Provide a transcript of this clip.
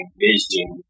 vision